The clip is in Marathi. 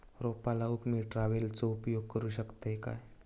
रोपा लाऊक मी ट्रावेलचो उपयोग करू शकतय काय?